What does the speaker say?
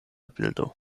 bildo